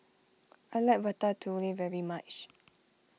I like Ratatouille very much